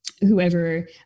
whoever